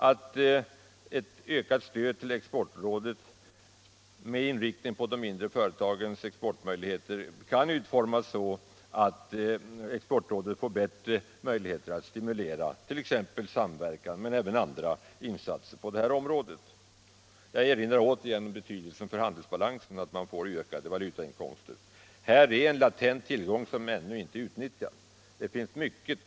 Ett ökat stöd till Exportrådet med inriktning på de mindre företagens exportmöjligheter kan utformas så att Exportrådet får bättre förutsättningar att stimulera t.ex. samverkan men även göra andra insatser på detta område. Jag erinrar åter om betydelsen för handelsbalansen av ökade valutainkomster. Här finns hos de små företagen en latent tillgång, som ännu inte har utnyttjats.